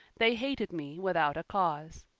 they hated me without a cause